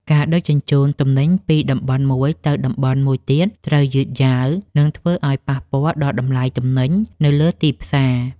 ការដឹកជញ្ជូនទំនិញពីតំបន់មួយទៅតំបន់មួយទៀតត្រូវយឺតយ៉ាវ និងធ្វើឱ្យប៉ះពាល់ដល់តម្លៃទំនិញនៅលើទីផ្សារ។